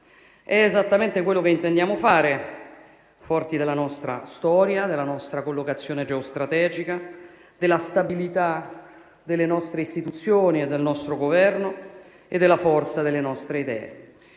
È esattamente quello che intendiamo fare, forti della nostra storia, della nostra collocazione geostrategica, della stabilità delle nostre istituzioni e del nostro Governo e della forza delle nostre idee.